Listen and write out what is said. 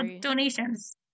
donations